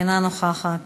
אינה נוכחת.